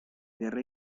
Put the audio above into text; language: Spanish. guerra